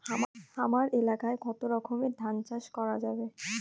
হামার এলাকায় কতো রকমের ধান চাষ করা যাবে?